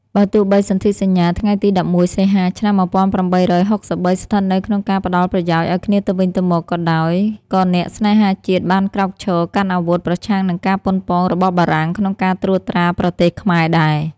បើទោះបីសន្ធិសញ្ញាថ្ងៃទី១១ សីហា ឆ្នាំ ១៨៦៣ ស្ថិតនៅក្នុងការផ្តល់ប្រយោជន៍ឱ្យគ្នាទៅវិញទៅមកក៏ដោយ ក៏អ្នកស្នេហាជាតិ បានក្រោកឈរកាន់អាវុធប្រឆាំងនឹងការប៉ុនប៉ងរបស់បារាំងក្នុងការត្រួតត្រាប្រទេសខ្មែរដែរ។